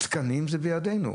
תקנים זה בידינו,